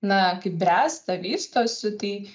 na kaip bręsta vystosi tai